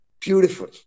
Beautiful